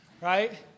right